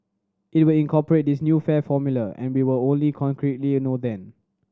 it will incorporate this new fare formula and we will only concretely know then